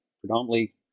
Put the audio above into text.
predominantly